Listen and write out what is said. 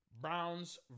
Browns